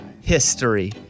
history